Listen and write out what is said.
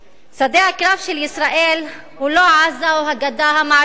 שדה הקרב של ישראל הוא לא עזה או הגדה המערבית,